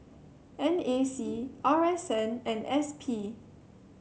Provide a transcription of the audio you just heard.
N A C R S N and S P